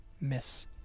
miss